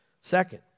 Second